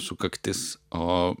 sukaktis o